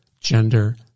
gender